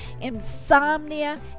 insomnia